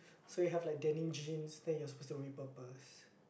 so we have like denim jeans then you're suppose to repurpose